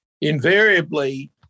invariably